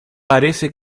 parece